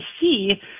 see